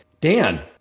Dan